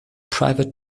private